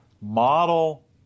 model